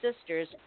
sisters